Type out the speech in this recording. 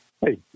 hey